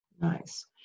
Nice